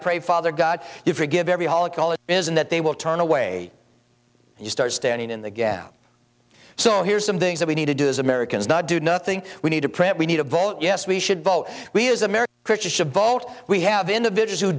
pray father god to forgive every holocaust isn't that they will turn away you start standing in the gap so here's some things that we need to do as americans not do nothing we need to print we need to vote yes we should vote we as american christians should vote we have individual